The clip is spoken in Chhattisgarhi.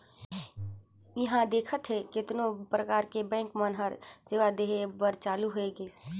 इहां देखथे केतनो परकार के बेंक मन हर सेवा देहे बर चालु होय गइसे